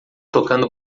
tocando